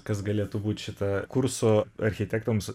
kas galėtų būt šita kurso architektams